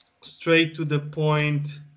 straight-to-the-point